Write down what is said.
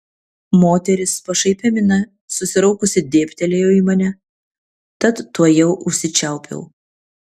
moteris pašaipia mina susiraukusi dėbtelėjo į mane tad tuojau užsičiaupiau